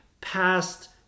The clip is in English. past